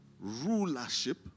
rulership